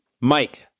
Mike